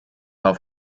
auf